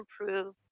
improve